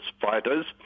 fighters